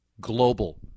global